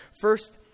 first